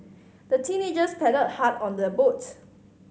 the teenagers paddled hard on their boat